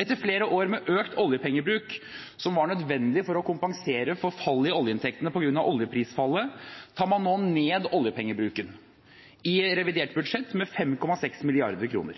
Etter flere år med økt oljepengebruk som var nødvendig for å kompensere for fallet i oljeinntektene på grunn av oljeprisfallet, tar man nå ned oljepengebruken i revidert budsjett med 5,6 mrd. kr.